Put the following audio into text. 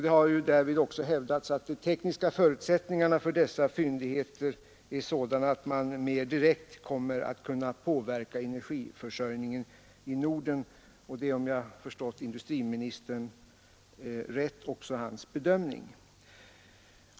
Det har ju därvid också hävdats att de tekniska förutsättningarna för dessa fyndigheter är sådana att man mer direkt kommer att kunna påverka energiförsörjningen i Norden. Detta är, om jag förstått industriministern rätt, också hans bedömning.